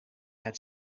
had